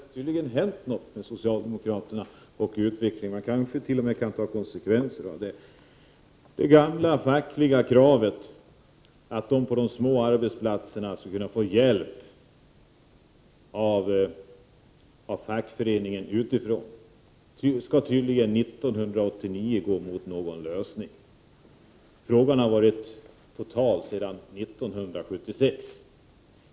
Herr talman! Sedan vi behandlade de här frågorna i utskottet har det tydligen hänt någonting med socialdemokraterna eller i utvecklingen. Man kanske t.o.m. kan dra slutsatser av det. Det gamla fackliga kravet att man på de små arbetsplatserna skulle kunna få hjälp utifrån av fackföreningen skall tydligen på något sätt uppfyllas under 1989. Detta har varit på tal sedan 1976.